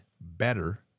better